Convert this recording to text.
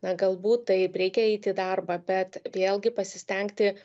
na galbūt taip reikia eiti į darbą bet vėlgi pasistengti